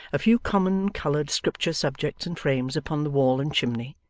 a few common, coloured scripture subjects in frames upon the wall and chimney,